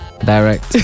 Direct